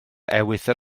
ewythr